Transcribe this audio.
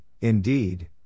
indeed